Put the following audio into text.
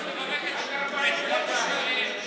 מפה אני מברך את כל תושבי אריאל.